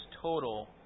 total